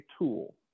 tool